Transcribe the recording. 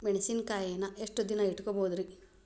ಮೆಣಸಿನಕಾಯಿನಾ ಎಷ್ಟ ದಿನ ಇಟ್ಕೋಬೊದ್ರೇ?